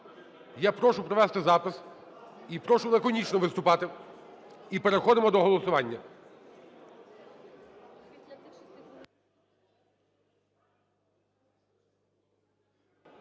Я прошу провести запис і прошу лаконічно виступати, і переходимо до голосування.